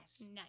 Nice